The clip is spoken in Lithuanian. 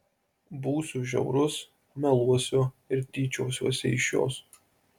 būsiu žiaurus meluosiu ir tyčiosiuosi iš jos